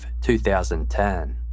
2010